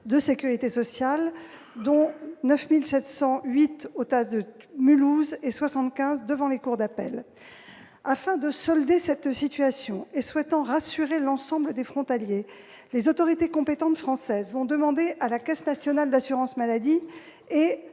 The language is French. de sécurité sociale, les TASS, dont 9 708 au TASS de Mulhouse et 75 devant les cours d'appel. Afin de solder cette situation et souhaitant rassurer l'ensemble des frontaliers, les autorités compétentes françaises vont demander à la Caisse nationale d'assurance maladie et